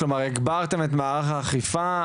הגברתם את מערך האכיפה?